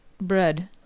bread